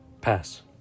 Pass